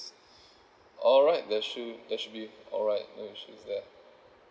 alright there should there should be alright no issues there